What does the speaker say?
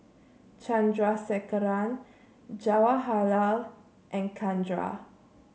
Chandrasekaran Jawaharlal and Chandra